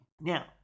Now